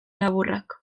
laburrak